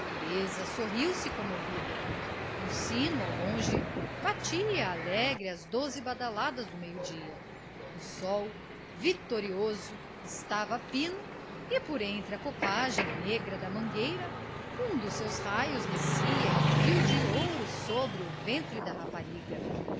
a natureza sorriu-se comovida um sino ao longe batia alegre as doze badaladas do meio-dia o sol vitorioso estava a pino e por entre a copagem negra da mangueira um dos seus raios descia em fio de ouro sobre o ventre da rapariga